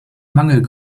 mangel